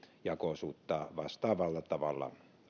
jako osuutta alennettaisiin vastaavalla tavalla